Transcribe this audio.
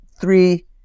three